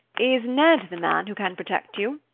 is ned the man who can protect you?